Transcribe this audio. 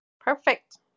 Perfect